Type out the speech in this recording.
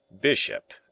bishop